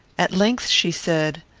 at length she said,